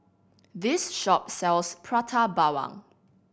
this shop sells Prata Bawang